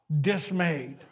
dismayed